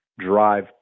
drive